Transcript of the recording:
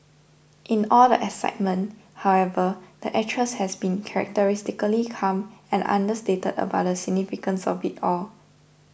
in all the excitement however the actress has been characteristically calm and understated about the significance of it all